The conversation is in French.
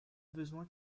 besoin